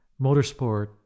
motorsport